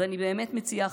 אז אני באמת מציעה,